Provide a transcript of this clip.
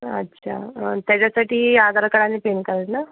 अच्छा त्याच्यासाठी आधारकार्ड आणि पेनकार्ड ना